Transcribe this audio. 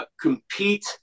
compete